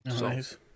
Nice